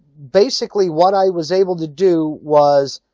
basically what i was able to do was.